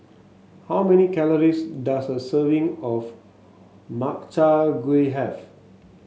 how many calories does a serving of Makchang Gui have